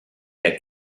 der